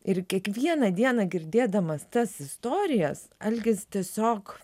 ir kiekvieną dieną girdėdamas tas istorijas algis tiesiog